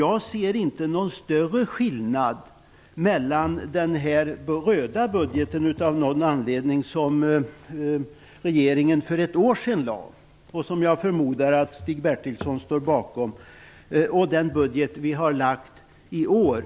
Jag ser inte någon större skillnad mellan budgeten som regeringen lade fram för ett år sedan, vilken jag förmodar att Stig Bertilsson står bakom, och den budget som regeringen har lagt fram i år.